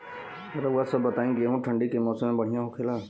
रउआ सभ बताई गेहूँ ठंडी के मौसम में बढ़ियां होखेला?